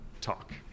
talk